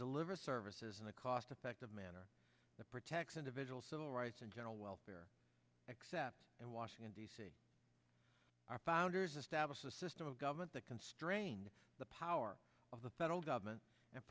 deliver services and a cost effective manner that protects individual civil rights and general welfare except and washington d c our founders established a system of government that constrained the power of the federal government and